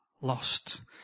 lost